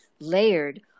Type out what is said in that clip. layered